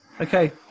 okay